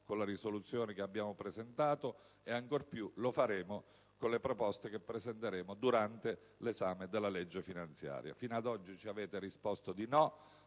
con la risoluzione che abbiamo presentato e ancor più lo faremo con le proposte che presenteremo durante l'esame della legge finanziaria. Fino ad oggi ci avete risposto di no,